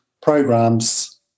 programs